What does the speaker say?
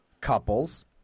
couples